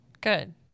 good